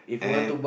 and